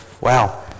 Wow